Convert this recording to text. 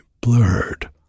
blurred